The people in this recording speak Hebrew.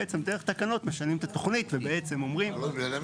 בעצם דרך תקנות משנים את התוכנית ובעצם אומרים.